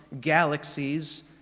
galaxies